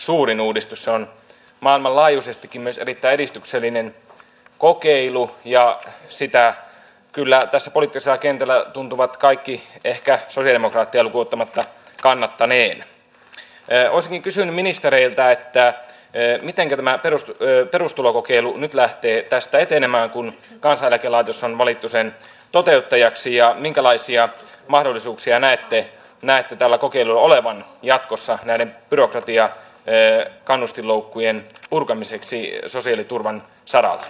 täällä sitten on maailmanlaajuisesti kimi selittää edistyksellinen kokeiluun ja näissä kärkihankkeissa kyllä tässä oli kisakentällä tuntuvat kaikki ehkä suuri mutta kelpuuttamatta kannattaa niin mielenkiintoinen hanke jossa todetaan että ne mitenkä tämä peruste perustulokokeilu nyt lähtee tästä etenemään kun tavoitteena on uudistaa peruskoulu ja minkälaisia mahdollisuuksia näitten nähty tällä kokeilulla olevan toisen asteen koulutus nopeuttaa siirtymistä työelämään ja niin edelleen